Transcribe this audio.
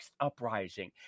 uprising